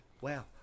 wow